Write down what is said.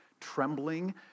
trembling